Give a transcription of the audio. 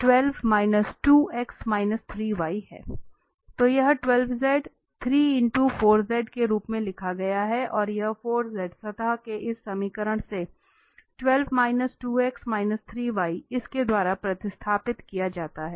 तो यह 12 z के रूप में लिखा गया था और यह 4 z सतह के इस समीकरण से 12 2 x 3 y इस के द्वारा प्रतिस्थापित किया जाता है